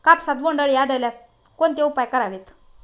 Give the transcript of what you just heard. कापसात बोंडअळी आढळल्यास कोणते उपाय करावेत?